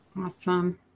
awesome